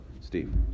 Steve